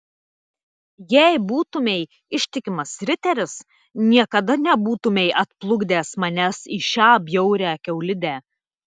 jei būtumei ištikimas riteris niekada nebūtumei atplukdęs manęs į šią bjaurią kiaulidę